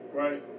right